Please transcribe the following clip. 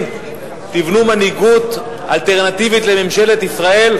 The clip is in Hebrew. תבנו מנהיגות אלטרנטיבית לממשלת ישראל?